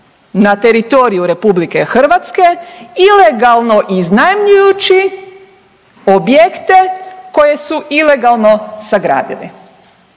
na teritoriju RH ilegalno iznajmljujući objekte koje su ilegalno sagradili.